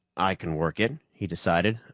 i can work it, he decided.